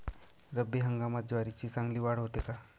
रब्बी हंगामात ज्वारीची चांगली वाढ होते का?